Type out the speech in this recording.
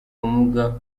ubumuga